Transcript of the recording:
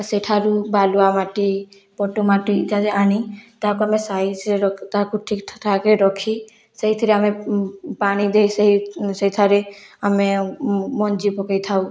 ସେଠାରୁ ବାଲୁଆ ମାଟି ପଟ୍ଟୁ ମାଟି ଇତ୍ୟାଦି ଆଣି ତାକୁ ଆମେ ସାଇଜରେ ରଖି ତାକୁ ଠିକ୍ ଠାକ୍ ରେ ରଖି ସେଇଥିରେ ଆମେ ପାଣି ଦେଇ ସେ ସେଠାରେ ଆମେ ମଞ୍ଜି ପକାଇଥାଉ